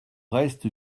reste